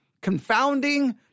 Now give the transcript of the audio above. confounding